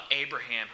Abraham